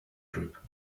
group